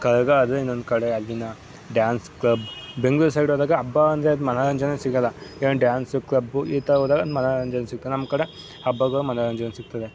ಕರಗ ಅದು ಇನ್ನೊಂದು ಕಡೆ ಅದನ್ನು ಡ್ಯಾನ್ಸ್ ಕ್ಲಬ್ ಬೆಂಗ್ಳೂರು ಸೈಡ್ ಹೋದಾಗ ಅಬ್ಬಾ ಅಂದರೆ ಅದು ಮನೋರಂಜನೆ ಸಿಗೋಲ್ಲ ಏನು ಡ್ಯಾನ್ಸು ಕ್ಲಬ್ಬು ಈ ಥರ ಹೋದಾಗ ಮನೋರಂಜನೆ ಸಿಗ್ತದೆ ನಮ್ಮ ಕಡೆ ಹಬ್ಬಗಳ ಮನೋರಂಜನೆ ಸಿಗ್ತದೆ